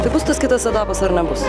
tai bus tas kitas etapas ar nebus